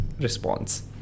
response